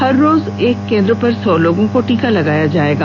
हर रोज एक केंद्र पर सौ लोगों को टीका लगाया जाएगा